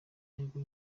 intego